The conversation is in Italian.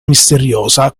misteriosa